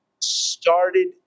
started